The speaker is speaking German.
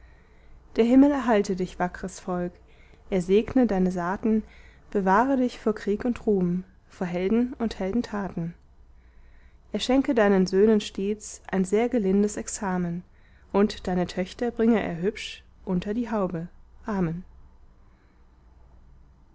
der himmel erhalte dich wackres volk er segne deine saaten bewahre dich vor krieg und ruhm vor helden und heldentaten er schenke deinen söhnen stets ein sehr gelindes examen und deine töchter bringe er hübsch unter die haube amen